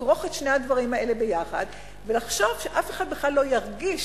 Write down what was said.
לכרוך את שני הדברים האלה ביחד ולחשוב שאף אחד בכלל לא ירגיש